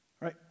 Right